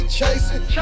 chasing